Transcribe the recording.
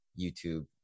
YouTube